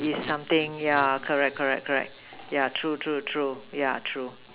is something yeah correct correct correct yeah true true true yeah true